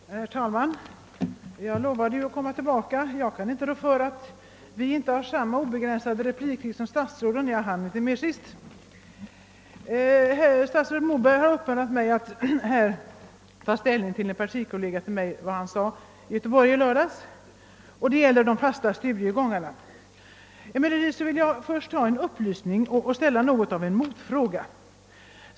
Herr talman! Jag lovade förut att komma tillbaka. Jag kan inte rå för att kammarens ledamöter inte har samma obegränsade repliktid som statsråd. Statsrådet Moberg har uppmanat mig att ta ställning till vad en partikollega till mig sagt i Göteborg i lördags beträffande de fasta studiegångarna. Först vill jag ha en upplysning och ställa en motfråga.